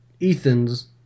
Ethan's